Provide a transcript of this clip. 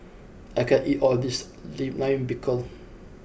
I can't eat all of this Lime Pickle